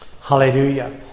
Hallelujah